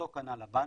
אותו כנ"ל הבנקים.